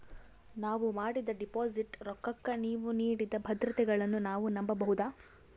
ನಾವು ಮಾಡಿದ ಡಿಪಾಜಿಟ್ ರೊಕ್ಕಕ್ಕ ನೀವು ನೀಡಿದ ಭದ್ರತೆಗಳನ್ನು ನಾವು ನಂಬಬಹುದಾ?